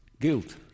guilt